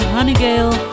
Honeygale